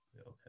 okay